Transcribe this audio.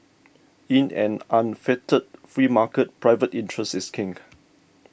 in an unfettered free market private interest is king